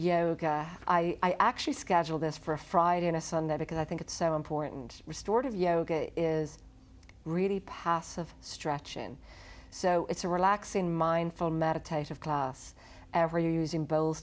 yoga i actually schedule this for a friday on a sunday because i think it's so important restored of yoga is really passive strachan so it's a relaxing mindful meditative class ever using bo